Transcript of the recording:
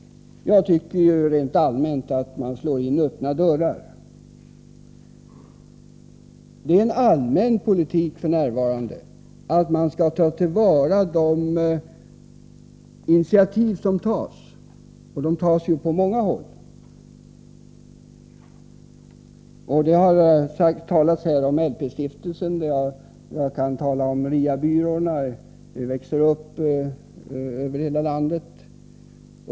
Jag tycker rent allmänt att man slår in öppna dörrar. Det är en allmän politik f. n. att man skall ta till vara de olika initiativ som tas på många håll. Det har här talats om LP-stiftelsen. Jag kan tala om RIA-byråerna, som växer upp över hela landet.